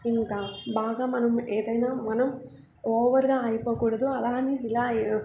ఇంకా బాగా మనం ఏదైనా మనం ఓవర్గా అయిపోకూడదు అలాని ఇలా